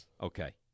Okay